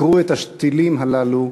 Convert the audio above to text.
עקרו את השתילים הללו,